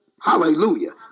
Hallelujah